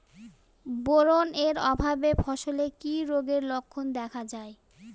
Boron এর অভাবে ফসলে কি রোগের লক্ষণ দেখা যায়?